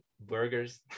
burgers